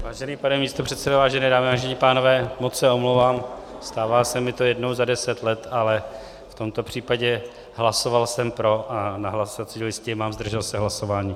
Vážený pane místopředsedo, vážené dámy, vážení pánové, moc se omlouvám, stává se mi to jednou za deset let, ale v tomto případ hlasoval jsem pro a na hlasovací listině mám: zdržel se hlasování.